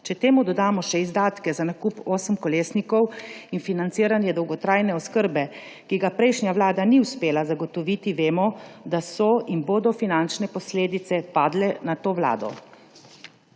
Če temu dodamo še izdatke za nakup osemkolesnikov in financiranje dolgotrajne oskrbe, ki ga prejšnja vlada ni uspela zagotoviti, vemo, da so in bodo finančne posledice padle na to vlado.